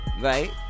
right